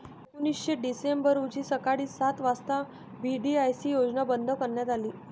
एकोणीस डिसेंबर रोजी सायंकाळी सात वाजता व्ही.डी.आय.सी योजना बंद करण्यात आली